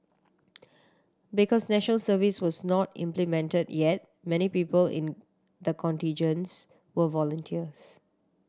because National Service was not implemented yet many people in the contingents were volunteers